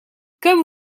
comme